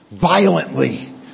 Violently